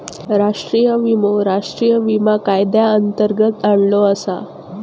राष्ट्रीय विमो राष्ट्रीय विमा कायद्यांतर्गत आणलो आसा